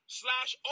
slash